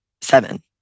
Seven